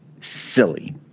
silly